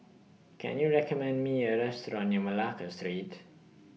Can YOU recommend Me A Restaurant near Malacca Street